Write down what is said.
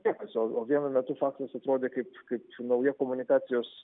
niekas o vienu metu faksas atrodė kaip kaip nauja komunikacijos